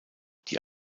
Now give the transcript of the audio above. die